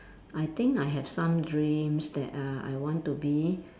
I think I have some dreams that uh I want to be